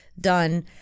done